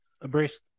Abreast